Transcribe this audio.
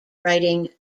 writing